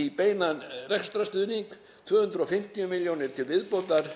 í beinan rekstrarstuðning, 250 milljónir til viðbótar